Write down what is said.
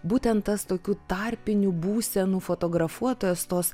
būtent tas tokių tarpinių būsenų fotografuotojas tos